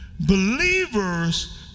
believers